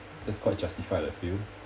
that's quite justified I feel